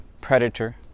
predator